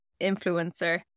influencer